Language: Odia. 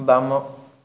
ବାମ